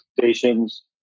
stations